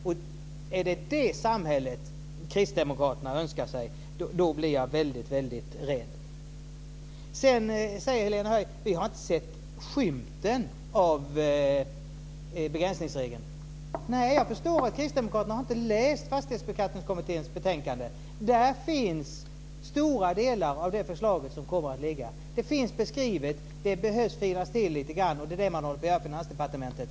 Om det är det samhället Kristdemokraterna önskar sig blir jag väldigt rädd. Helena Höij säger att hon inte har sett skymten av begränsningsregeln. Nej, jag förstår att Kristdemokraterna inte har läst Fastighetsbeskattningskommitténs betänkande. Där beskrivs stora delar av det förslag som kommer att läggas. Man behöver fila på det, och det är det man nu gör på Finansdepartementet.